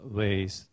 ways